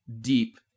deep